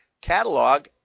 catalog